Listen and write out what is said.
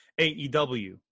AEW